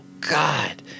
God